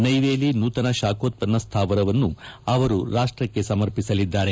ನೈವೇಲಿ ನೂತನ ಶಾಖೋತ್ವನ್ನ ಸ್ಥಾವರವನ್ನು ಅವರು ರಾಷ್ಟ್ರಕ್ಕೆ ಸಮರ್ಪಿಸಲಿದ್ದಾರೆ